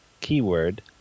keyword